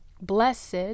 Blessed